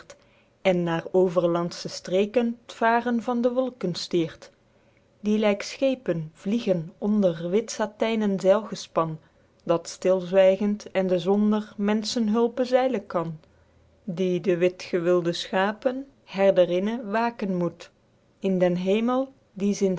en naer overlandsche streken t varen van de wolken stiert guido gezelle vlaemsche dichtoefeningen die lyk schepen vliegen onder witsatynen zeilgespan dat stilzwygend ende zonder menschenhulpe zeilen kan die de witgewulde schapen herderinne waken moet in den hemel die